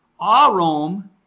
Arom